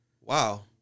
Wow